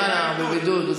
מלמעלה, מהבידוד.